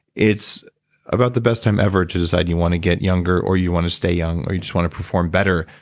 it's about the best time ever to decide you want to get younger or you want to stay young or you just want to perform better,